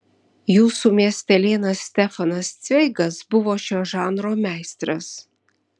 jūsų miestelėnas stefanas cveigas buvo šio žanro meistras